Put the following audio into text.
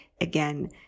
again